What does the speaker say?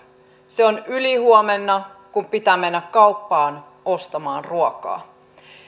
se on ylihuomenna kun pitää mennä kauppaan ostamaan ruokaa